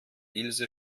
ilse